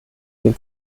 dem